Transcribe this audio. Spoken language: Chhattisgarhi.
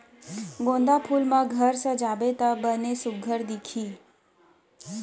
गोंदा फूल म घर सजाबे त बने सुग्घर दिखही